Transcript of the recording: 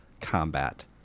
combat